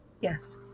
Yes